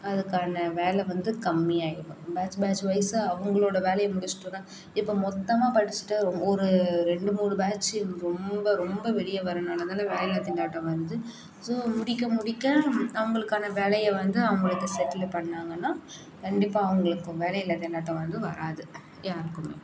அதுக்கான வேலை வந்து கம்மியாக ஆயிடும் பேட்ச் பேட்ச் வைஸாக அவங்களோட வேலையை முடிச்சுவிட்டோன்னா இப்போ மொத்தமாக படிச்சிவிட்டு ஒரு ரெண்டு மூணு பேட்ச்சு ரொம்ப ரொம்ப வெளியே வரனால தான வேலை திண்டாட்டம் ஆகுது ஸோ முடிக்க முடிக்க அவங்களுக்கான வேலையை வந்து அவங்களுக்கு செட்டுலு பண்ணாங்கன்னா கண்டிப்பாக அவங்களுக்கு வேலை இல்லா திண்டாட்டம் வந்து வராது யாருக்குமே